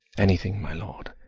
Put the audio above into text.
anything, my lord,